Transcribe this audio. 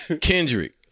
Kendrick